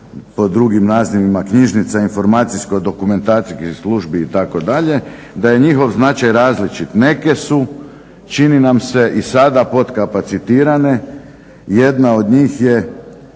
po drugim nazivima knjižnica, informacijskog-dokumentacijskih službi i tako dalje, da je njihov značaj različit. Neke su, čini nam se i sada pod kapacitirane, jedna od njih je